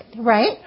right